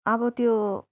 अब त्यो